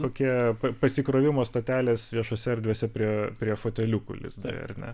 tokie pasikrovimo stotelės viešose erdvėse prie prie foteliukų lizdai ar ne